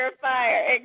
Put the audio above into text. fire